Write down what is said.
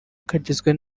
kagizwe